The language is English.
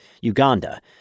Uganda